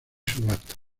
subastas